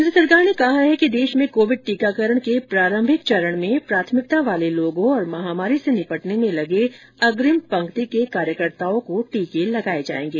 केन्द्र सरकार ने कहा है कि देश में कोविड टीकाकरण के प्रारंभिक चरण में प्राथमिकता वाले लोगों और महामारी से निपटने में लगे अग्रिम पंक्ति के कार्यकर्ताओं को टीके लगाए जाएंगे